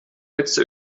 letzte